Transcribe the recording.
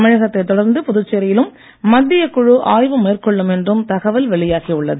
தமிழகத்தைத் தொடர்ந்து புதுச்சேரியிலும் மத்தியக் குழு ஆய்வு மேற்கொள்ளும் என்றும் தகவல் வெளியாகி உள்ளது